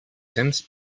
cents